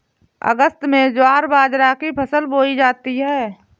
अगस्त में ज्वार बाजरा की फसल बोई जाती हैं